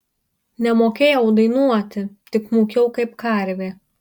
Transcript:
nemokėjau dainuoti tik mūkiau kaip karvė